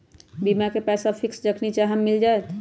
बीमा के पैसा फिक्स जखनि चाहम मिल जाएत?